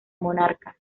monarca